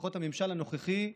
לפחות הממשל הנוכחי,